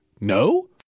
no